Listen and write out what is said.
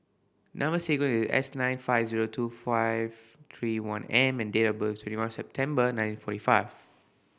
number sequence is S nine five zero two five three one M and date of birth is twenty one September nineteen forty five